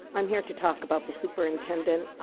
i'm here to talk about the superintendent